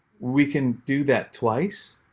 we can do that twice.